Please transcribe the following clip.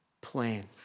plan